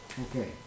Okay